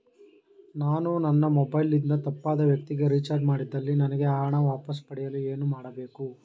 ನಾನು ನನ್ನ ಮೊಬೈಲ್ ಇಂದ ತಪ್ಪಾದ ವ್ಯಕ್ತಿಗೆ ರಿಚಾರ್ಜ್ ಮಾಡಿದಲ್ಲಿ ನನಗೆ ಆ ಹಣ ವಾಪಸ್ ಪಡೆಯಲು ಏನು ಮಾಡಬೇಕು?